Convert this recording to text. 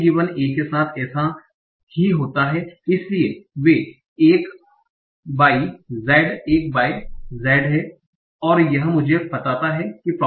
a के साथ भी ऐसा ही होता है इसलिए वे 1 बाइ Z 1 बाइ Z हैं और यह मुझे बताता है कि D